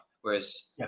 Whereas